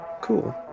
Cool